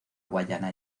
guayana